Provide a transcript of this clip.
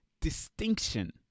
distinction